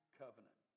covenant